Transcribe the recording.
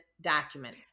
document